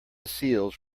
seals